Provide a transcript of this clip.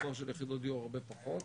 במספר של יחידות דיור הרבה פחות.